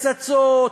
פצצות,